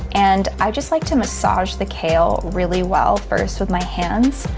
and i just like to massage the kale really well first with my hands,